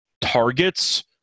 targets